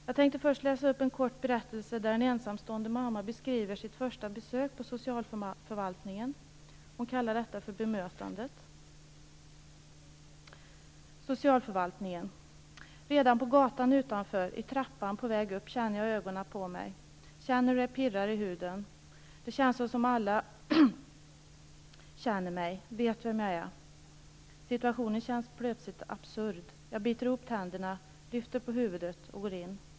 Jag tänkte först läsa upp en kort berättelse där en ensamstående mamma beskriver sitt första besök på socialförvaltningen. Hon kallar berättelsen för Bemötandet: Socialförvaltningen. Redan på gatan utanför, i trappan på väg upp, känner jag ögonen på mig. Känner hur det pirrar i huden. Det känns som om alla känner mig, vet vem jag är. Situationen känns plötsligt absurd. Jag biter ihop tänderna, lyfter på huvudet och går in.